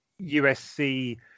USC